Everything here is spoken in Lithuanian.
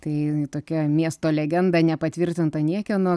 tai tokia miesto legenda nepatvirtinta niekieno